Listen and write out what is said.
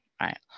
Right